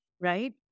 right